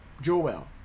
Joel